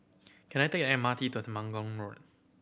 can I take the M R T to Temenggong Road